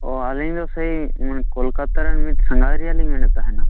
ᱚᱸᱻ ᱟᱹᱞᱤᱧ ᱫᱚ ᱥᱮᱭ ᱠᱳᱞᱠᱟᱛᱟ ᱨᱮᱱ ᱢᱤᱫ ᱥᱟᱸᱜᱷᱟᱨᱤᱭᱟᱹ ᱞᱤᱧ ᱢᱮᱱᱮᱫ ᱛᱟᱦᱮᱱᱟ